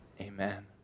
Amen